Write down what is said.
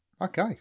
Okay